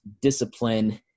discipline